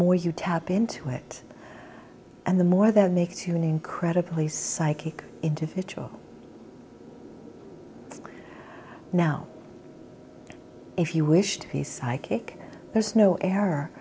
more you tap into it and the more that makes you an incredibly psychic individual now if you wish to be psychic there's no